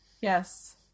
Yes